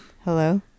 Hello